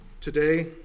today